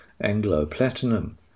Anglo-Platinum